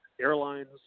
airlines